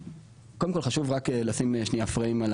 קודם כל חשוב רק לשים שניה פריים על